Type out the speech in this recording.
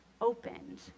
opened